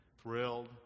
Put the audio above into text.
thrilled